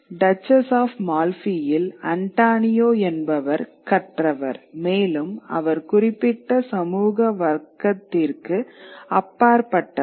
duchess of மால்பியில் Antonio என்பவர் கற்றவர் மேலும் அவர் குறிப்பிட்ட சமூக வர்க்கத்திற்கு அப்பாற்பட்டவர்